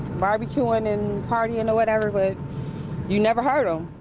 barbecuing and partying or whatever, but you never heard em.